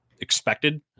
expected